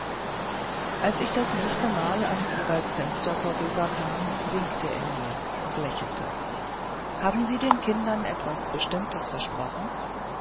als ich das nächste mal an ewalds fenster vorüberkam winkte er mir und lächelte haben sie den kindern etwas bestimmtes versprochen